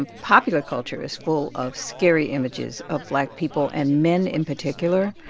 and popular culture is full of scary images of black people and men in particular.